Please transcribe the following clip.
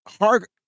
Hark